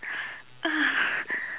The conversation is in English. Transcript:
ugh